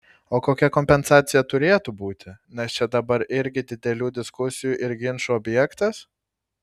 o kokia kompensacija turėtų būti nes čia dabar irgi didelių diskusijų ir ginčų objektas